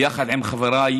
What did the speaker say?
ביחד עם חבריי